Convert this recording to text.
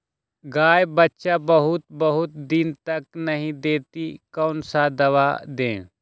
गाय बच्चा बहुत बहुत दिन तक नहीं देती कौन सा दवा दे?